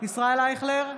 ישראל אייכלר,